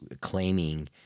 claiming